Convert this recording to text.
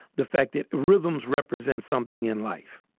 the fact that rhythms represents something in life,